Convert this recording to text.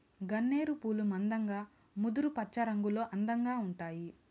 గన్నేరు పూలు మందంగా ముదురు పచ్చరంగులో అందంగా ఉంటాయి